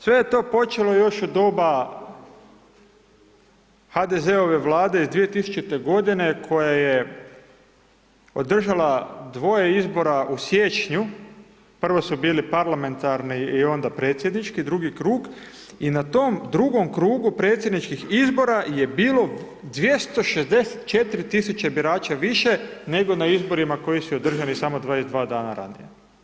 Sve je to počelo još u doba HDZ-ove Vlade iz 2000. godine koja je održala dvoje izbora u siječnju, prvo su bili parlamentarni i onda predsjednički, drugi krug i na tom drugom krugu predsjedničkih izbora je bilo 264 tisuće birača više nego na izborima koji su održani samo 22 dana ranije.